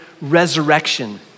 resurrection